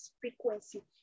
frequency